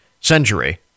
century